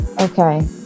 Okay